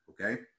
Okay